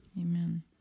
Amen